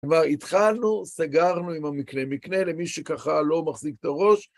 כבר התחלנו, סגרנו עם המקנה-מקנה למי שככה לא מחזיק את הראש.